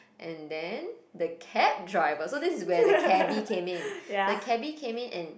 and then the cab driver so this is where the cabbie came in the cabbie came in and